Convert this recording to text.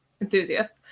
enthusiasts